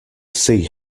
see